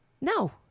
No